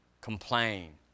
complain